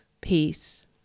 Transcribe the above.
peace